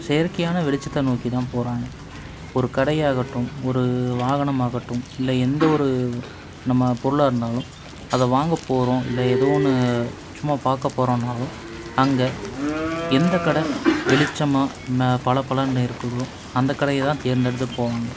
செயற்கையான வெளிச்சத்தை நோக்கி தான் போகிறாங்க ஒரு கடையாகட்டும் ஒரு வாகனம் ஆகட்டும் இல்லை எந்தவொரு நம்ம பொருளாக இருந்தாலும் அதை வாங்கப் போகிறோம் இல்லை ஏதோ ஒன்று சும்மா பார்க்கப் போகிறோம்னாலும் அங்கே எந்த கடை வெளிச்சமாக நான் பளப்பளன்னு இருக்குதோ அந்த கடையை தான் தேர்ந்தெடுத்து போவாங்க